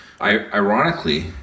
Ironically